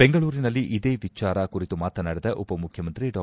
ಬೆಂಗಳೂರಿನಲ್ಲಿ ಇದೇ ವಿಚಾರ ಕುರಿತು ಮಾತನಾಡಿದ ಉಪ ಮುಖ್ಯಮಂತ್ರಿ ಡಾ